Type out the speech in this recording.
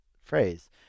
phrase